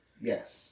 Yes